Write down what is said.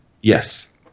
Yes